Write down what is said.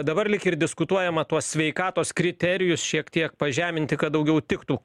dabar lyg ir diskutuojama tuos sveikatos kriterijus šiek tiek pažeminti kad daugiau tiktų